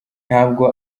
ntabwo